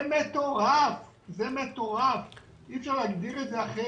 זה מטורף, אי אפשר להגדיר את זה אחרת.